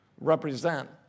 represent